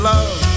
Love